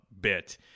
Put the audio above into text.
bit